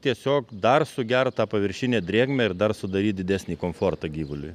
tiesiog dar sugert tą paviršinę drėgmę ir dar sudaryt didesnį komfortą gyvuliui